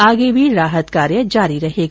आगे भी राहत कार्य जारी रहेगा